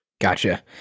Gotcha